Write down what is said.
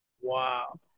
Wow